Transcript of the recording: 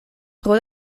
tro